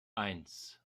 eins